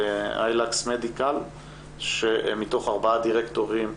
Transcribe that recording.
אילקס מדילק שמתוך ארבע דירקטורים,